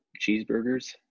cheeseburgers